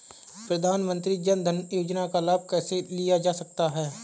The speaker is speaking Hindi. प्रधानमंत्री जनधन योजना का लाभ कैसे लिया जा सकता है?